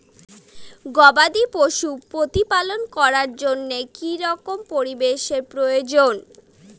গবাদী পশু প্রতিপালন করার জন্য কি রকম পরিবেশের প্রয়োজন?